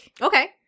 Okay